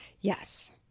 Yes